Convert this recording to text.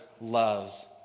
loves